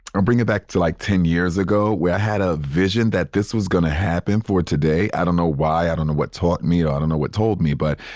um bring it back to like ten years ago where i had a vision that this was gonna happen for today. i don't know why. i don't know what taught me. ah i don't know what told me. but,